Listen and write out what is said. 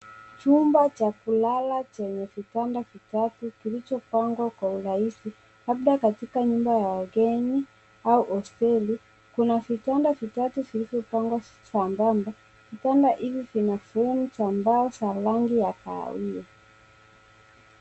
Chumba cha kulala chenye kitanda kitatu kilichopangwa kwa urahisi, labda katika nyumba ya wageni au hosteli, kuna vitanda vitatu kilichopangwa sambamba. Kitanda hivi vinasehemu kitamba la rangi ya sawia.